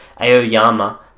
Aoyama